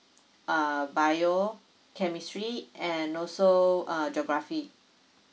uh bio chemistry and also uh geography